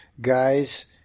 guys